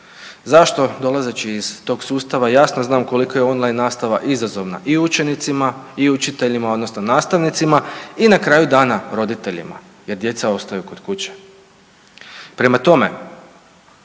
Zašto? Dolazeći iz tog sustava jasno znam koliko je on line nastava izazovna i učenicima i učiteljima odnosno nastavnicima i na kraju dana roditeljima jer djeca ostaju kod kuće. Prema tome,